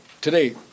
today